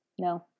No